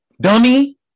Dummy